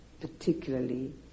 particularly